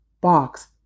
box